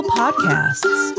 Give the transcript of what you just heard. podcasts